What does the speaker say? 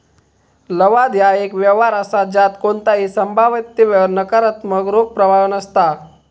लवाद ह्या एक व्यवहार असा ज्यात कोणताही संभाव्यतेवर नकारात्मक रोख प्रवाह नसता